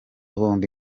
bombi